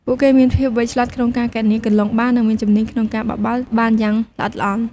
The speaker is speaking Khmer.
ពួកគេមានភាពវៃឆ្លាតក្នុងការគណនាគន្លងបាល់ និងមានជំនាញក្នុងការបោះបាល់បានយ៉ាងល្អិតល្អន់។